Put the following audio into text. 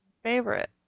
Favorite